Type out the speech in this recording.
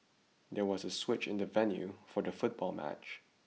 there was a switch in the venue for the football match